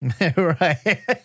Right